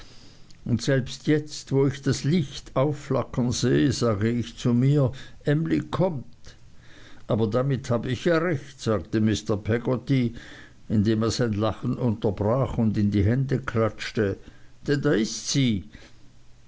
und selbst jetzt wo ich das licht aufflackern sehe sage ich zu mir emly kommt aber damit hab ich ja recht sagte mr peggotty indem er sein lachen unterbrach und in die hände klatschte denn da ist sie